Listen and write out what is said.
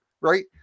right